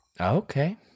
okay